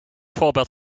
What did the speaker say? voorbeeld